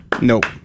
Nope